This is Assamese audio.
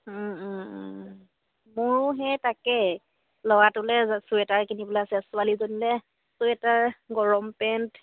মোৰো সেই তাকে ল'ৰাটোলে চুৱেটাৰ কিনিবলে আছে ছোৱালীজনীলে চুৱেটাৰ গৰম পেণ্ট